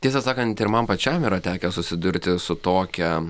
tiesą sakant ir man pačiam yra tekę susidurti su tokia